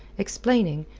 explaining,